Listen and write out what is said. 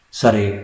Sorry